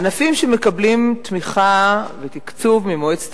הענפים שמקבלים תמיכה ותקצוב ממועצת